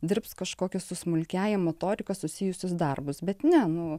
dirbs kažkokios su smulkiąja motorika susijusius darbus bet ne nu